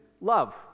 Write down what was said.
love